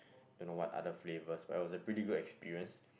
and no what other flavours but it was a pretty good experience